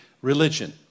religion